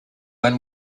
when